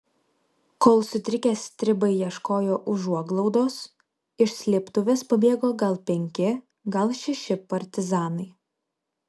kol sutrikę stribai ieškojo užuoglaudos iš slėptuvės pabėgo gal penki gal šeši partizanai